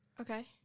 Okay